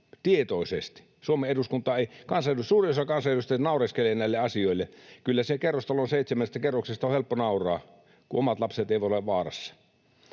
tietoisesti. Suuri osa kansanedustajista naureskelee näille asioille. Kyllä siellä kerrostalon seitsemännessä kerroksessa on helppo nauraa, kun omat lapset eivät ole vaarassa.